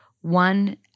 one